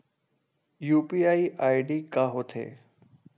UPI ID का होथे?